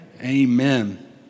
amen